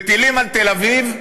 וטילים על תל-אביב,